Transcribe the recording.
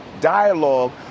dialogue